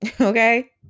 okay